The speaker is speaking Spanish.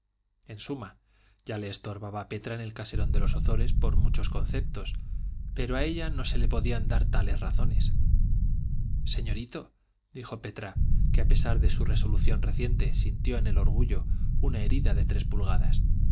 en suma ya le estorbaba petra en el caserón de los ozores por muchos conceptos pero a ella no se le podían dar tales razones señorito dijo petra que a pesar de su resolución reciente sintió en el orgullo una herida de tres